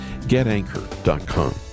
GetAnchor.com